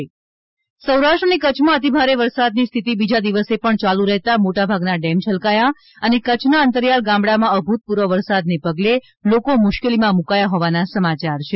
જળબંબાકાર ગુજરાત સૌરાષ્ટ્ર અને કચ્છમાં અતિ ભારે વરસાદની સ્થિતિ બીજા દિવસે પણ ચાલુ રહેતા મોટાભાગના ડેમ છલકાયાં છે અને કચ્છના અંતરિયાળ ગામડામાં અભૂતપૂર્વ વરસાદને પગલે લોકો મુશ્કેલીમાં મુકાયા હોવાના સમાચાર છે